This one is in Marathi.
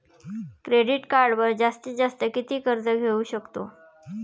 क्रेडिट कार्डवर जास्तीत जास्त किती कर्ज घेऊ शकतो?